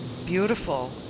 beautiful